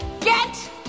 Get